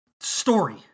story